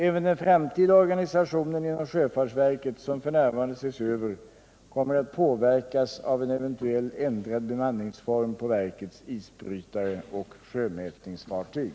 Även den framtida organisationen inom sjöfartsverket, som f. n. ses över, kommer att påverkas av en eventuellt ändrad bemanningsform på verkets isbrytare och sjömätningsfartyg.